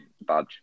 badge